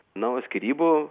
na o skyrybų